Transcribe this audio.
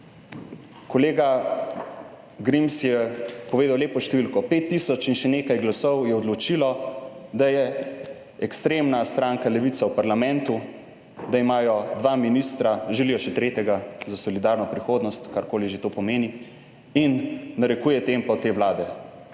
Kolega Grims je povedal lepo številko, 5 tisoč in še nekaj glasov je odločilo, da je ekstremna stranka Levica v parlamentu, da imajo dva ministra, želijo še tretjega, za solidarno prihodnost, karkoli že to pomeni, in narekuje tempo te Vlade.